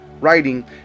writing